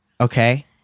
Okay